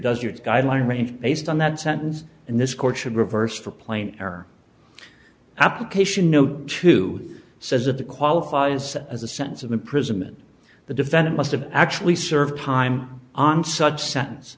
does your guideline range based on that sentence and this court should reverse for plain error application no two says that the qualifies as a sense of imprisonment the defendant must have actually served time on such sen